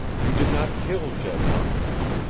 you did not kill jed hawkins.